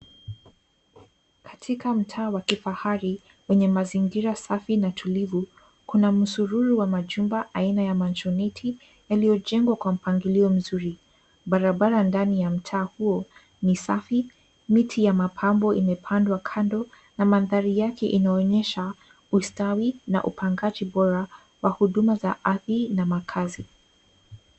Katika mtaa wa kifahari wenye mazingira safi na tulivu kuna mzururo wa machumba aina ya Mansionette yaliyojengwa kwa mangilio mzuri. Barabara ndani ya mtaa hio ni safi, miti ya mapambo imepandwa kando na mandhari yake inaonyesha ustawi na upangaji bora wa huduma za ardhi na makazi.